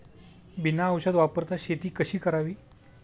बिना औषध वापरता शेती कशी करावी?